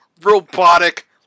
robotic